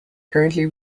currently